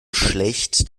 schlecht